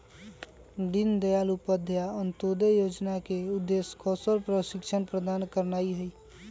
दीनदयाल उपाध्याय अंत्योदय जोजना के उद्देश्य कौशल प्रशिक्षण प्रदान करनाइ हइ